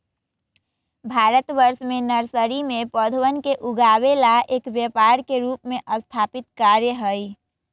भारतवर्ष में नर्सरी में पौधवन के उगावे ला एक व्यापार के रूप में स्थापित कार्य हई